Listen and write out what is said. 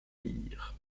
lire